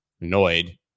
Annoyed